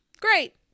Great